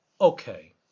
Okay